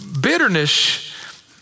bitterness